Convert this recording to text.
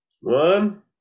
one